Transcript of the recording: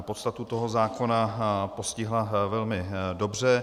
Podstatu toho zákona postihla velmi dobře.